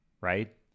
right